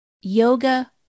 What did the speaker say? Yoga